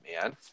man